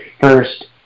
first